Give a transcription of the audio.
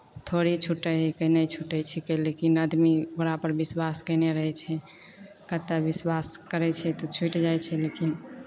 थोड़े ही छूटै हिकै नहि छूटै छिकै लेकिन आदमी ओकरापर विश्वास कयने रहै छै कतेक विश्वास करै छै तऽ छुटि जाइ छै लेकिन